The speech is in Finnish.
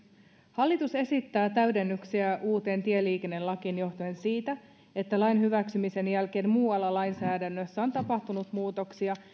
hallitus esittää täydennyksiä uuteen tieliikennelakiin johtuen siitä että lain hyväksymisen jälkeen muualla lainsäädännössä on tapahtunut muutoksia